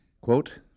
Quote